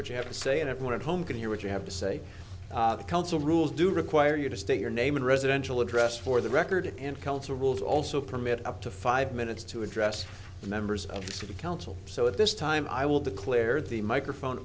what you have to say and everyone at home can hear what you have to say the council rules do require you to state your name and residential address for the record and council rules also permit up to five minutes to address the members of the council so at this time i will declare the microphone